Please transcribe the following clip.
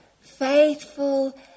Faithful